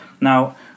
Now